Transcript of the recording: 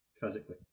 physically